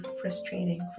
frustrating